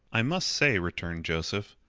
i must say, returned joseph,